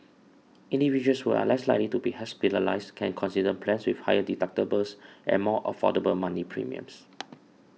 individuals who are less likely to be hospitalised can consider plans with higher deductibles and more affordable monthly premiums